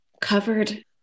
covered